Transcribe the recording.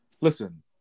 Listen